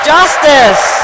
Justice